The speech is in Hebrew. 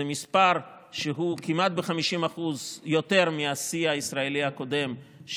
זה מספר שהוא כמעט ב-50% יותר מהשיא הישראלי הקודם,